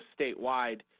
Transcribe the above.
statewide